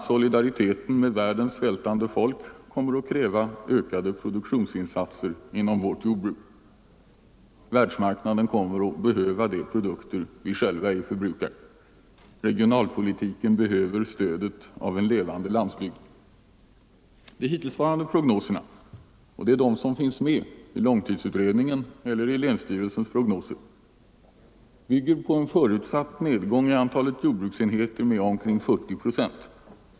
a. solidariteten med världens svältande folk kommer att kräva ökade produktionsinsatser inom vårt jordbruk. Världsmarknaden kommer att behöva de produkter vi själva ej förbrukar. Regionalpolitiken behöver stödet av en levande landsbygd. De hittillsvarande prognoserna — och det är de som finns med i långtidsutredningen eller i länsstyrelsernas prognoser — bygger på en förutsatt nedgång i antalet jordbruksenheter med omkring 40 procent.